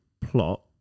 plot